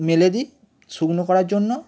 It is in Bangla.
মেলে দিই শুকনো করার জন্য